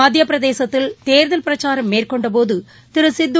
மததியபிரதேசத்தில் தேர்தல் பிரச்சாரம் மேற்கொண்டபோதுதிருசித்து